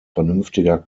vernünftiger